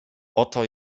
oto